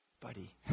Buddy